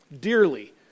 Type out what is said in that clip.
dearly